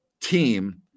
team